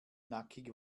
nackig